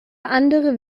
andere